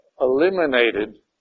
eliminated